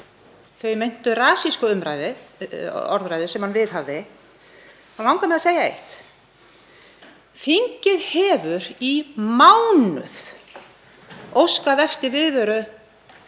þá meintu rasistaorðræðu sem hann viðhafði, langar mig að segja eitt: Þingið hefur í mánuð óskað eftir viðveru